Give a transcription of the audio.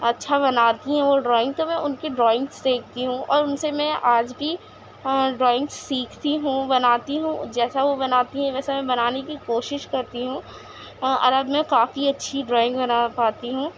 اچھا بناتی ہیں وہ ڈرائنگ تو میں ان کے ڈرائنگ سیکھتی ہوں اور ان سے اکثر آج بھی ڈرائنگ سیکھتی ہوں بناتی ہوں جیسا وہ بناتی ہیں ویسا میں بنانے کی کوشش کرتی ہوں اور اب میں کافی اچھی ڈرائنگ بنا پاتی ہوں